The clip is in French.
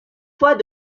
fois